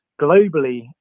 globally